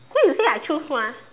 why you say I choose one ah